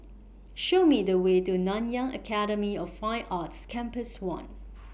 Show Me The Way to Nanyang Academy of Fine Arts Campus one